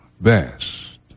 best